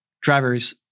drivers